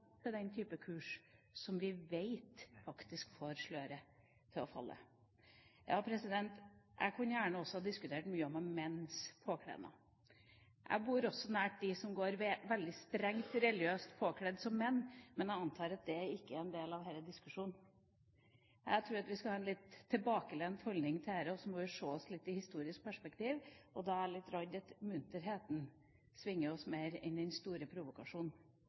til den type kurs som vi vet faktisk får sløret til å falle! Jeg kunne gjerne også ha diskutert mye om menns påkledning. Jeg bor også nær menn som går veldig strengt religiøst påkledd, men jeg antar at det ikke er en del av denne diskusjonen. Jeg tror vi skal ha en litt tilbakelent holdning til dette, og så må vi se det litt i historisk perspektiv. Da er jeg litt redd for at munterheten svinger oss mer enn den store